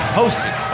hosted